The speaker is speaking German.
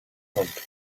hund